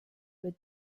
but